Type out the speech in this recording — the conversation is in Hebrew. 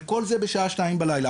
וכל זה בשעה שתיים בלילה.